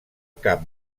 cap